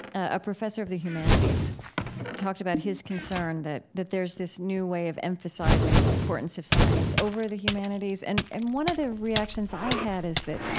a professor of the humanities talked about his concern that that there's this new way of emphasizing the importance of science over the humanities. and and one of the reactions i had is that